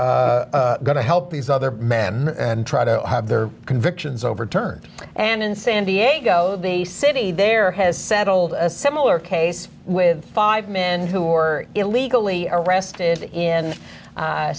going to help these other men and try to have their convictions overturned and in san diego the city there has settled a similar case with five men who were illegally arrested in